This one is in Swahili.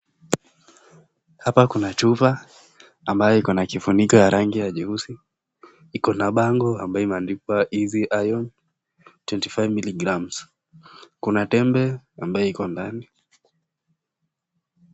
Hapa kuna chupa ambayo ikona kifuniko ya rangi ya nyeusi, ikona bango ambayo imeandikwa easy iron 25mg . Kuna tembe ambayo iko ndani.